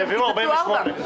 קיצצו 4 מיליון.